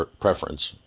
preference